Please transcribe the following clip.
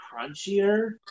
crunchier